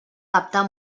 captar